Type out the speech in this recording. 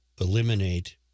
eliminate